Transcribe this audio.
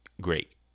great